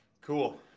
cool